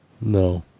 no